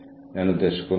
നിങ്ങൾ ഏത് ഭാഗത്താണ്